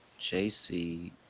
JC